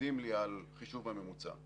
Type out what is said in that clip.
מכבידים לי על חישוב הממוצע.